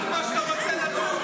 רק על מה שאתה רוצה לדבר.